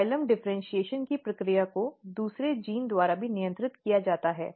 xylem differentiation की प्रक्रिया को दूसरे जीन द्वारा भी नियंत्रित किया जाता है